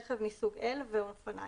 רכב מסוג L ואופנים,